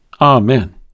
Amen